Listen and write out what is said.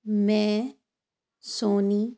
ਮੈਂ ਸੋਨੀ